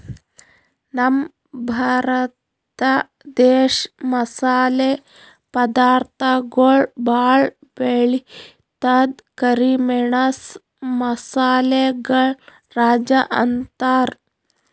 ನಮ್ ಭರತ ದೇಶ್ ಮಸಾಲೆ ಪದಾರ್ಥಗೊಳ್ ಭಾಳ್ ಬೆಳಿತದ್ ಕರಿ ಮೆಣಸ್ ಮಸಾಲೆಗಳ್ ರಾಜ ಅಂತಾರ್